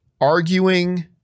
arguing